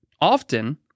Often